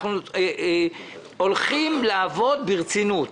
אנחנו הולכים לעבוד ברצינות.